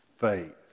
faith